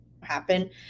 happen